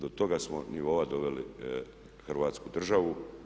Do toga smo nivoa doveli Hrvatsku državu.